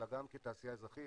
אלא גם כתעשייה אזרחית.